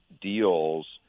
deals